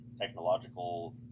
technological